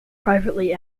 privately